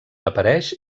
apareix